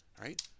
right